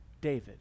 David